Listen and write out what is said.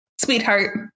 sweetheart